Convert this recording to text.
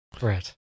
Right